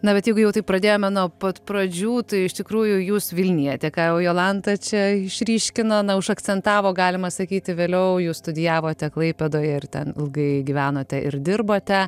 na bet jeigu jau taip pradėjome nuo pat pradžių tai iš tikrųjų jūs vilnietė ką jau jolanta čia išryškino na užakcentavo galima sakyti vėliau jūs studijavote klaipėdoje ir ten ilgai gyvenote ir dirbote